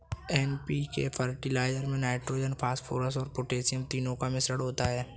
NPK fertiliser में nitrogen, phosphorus और potassium तीनों का मिश्रण होता है